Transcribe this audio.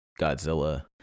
Godzilla